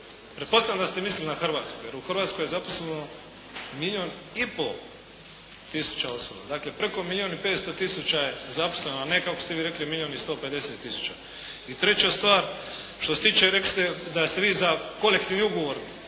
Pretpostavljam da ste mislili na Hrvatsku, jer u Hrvatskoj je zaposleno milijun i pol tisuća osoba, dakle preko milijun i 500 tisuća je zaposleno a ne kako ste vi rekli milijun i 150 tisuća. I treća stvar, što se tiče, rekli ste da ste vi za kolektivni ugovor,